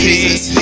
Jesus